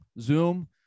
Zoom